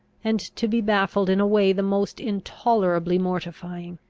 and to be baffled in a way the most intolerably mortifying.